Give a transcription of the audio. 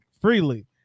freely